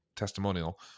testimonial